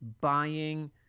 buying